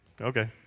Okay